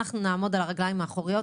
אנחנו נעמוד על הרגליים האחוריות,